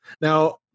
Now